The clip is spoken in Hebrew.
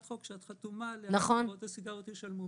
חוק שאת חתומה עליה שחברות הסיגריות ישלמו.